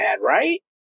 right